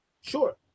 sure